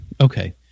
Okay